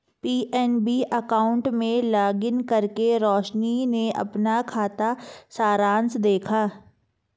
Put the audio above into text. PNB account में login करके रोशनी ने अपना खाता सारांश देखा